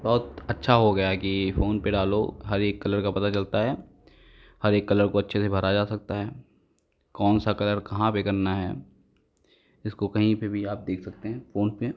बहुत अच्छा हो गया है कि फ़ोन पर डालो हर एक कलर का पता चलता है हर एक कलर को अच्छे से भरा जा सकता है कौन सा कलर कहाँ पर करना है उसको कहीं पर भी आप देख सकते हैं फोन पर